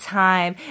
time